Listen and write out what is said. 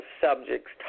subjects